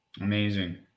Amazing